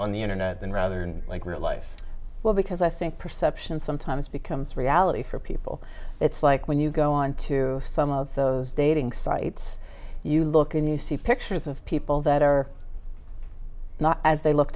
on the internet than rather than like real life well because i think perception sometimes becomes reality for people it's like when you go onto some of those dating sites you look and you see pictures of people that are not as they look